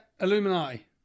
Illuminati